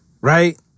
right